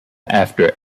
after